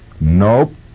Nope